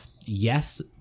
yes